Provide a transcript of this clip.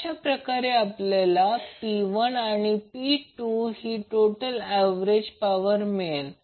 अशाप्रकारे आपल्याला P1 आणि P2 ही टोटल ऍव्हरेज पॉवर मिळेल